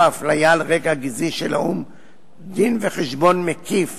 האפליה על רקע גזעי של האו"ם דין-וחשבון מקיף